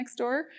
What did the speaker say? Nextdoor